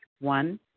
One